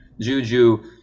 juju